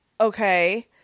okay